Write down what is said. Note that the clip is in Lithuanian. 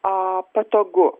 a patogu